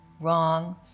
Wrong